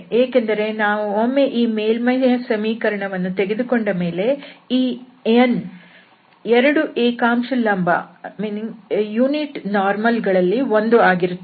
ಏಕೆಂದರೆ ನಾವು ಒಮ್ಮೆ ಈ ಮೇಲ್ಮೈಯ ಸಮೀಕರಣವನ್ನು ತೆಗೆದುಕೊಂಡ ಮೇಲೆ ಈ n 2 ಏಕಾಂಶ ಲಂಬ ಗಳಲ್ಲಿ ಒಂದು ಆಗಿರುತ್ತದೆ